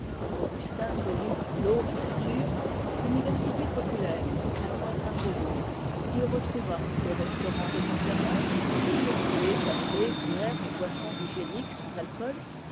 augustin connut l'aube future université populaire d'un lointain faubourg il y retrouva le restaurant de tempérance avec thé café bière et boissons hygiéniques sans alcool